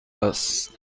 است